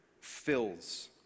fills